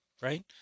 right